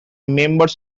members